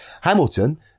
Hamilton